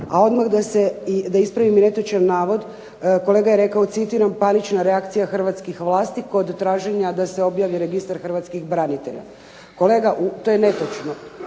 A odmah da ispravim i netočan navod kolega je rekao citiram "panična reakcija hrvatskih vlasti kod traženja da se objavi Registar hrvatskih branitelja". Kolega to je netočno.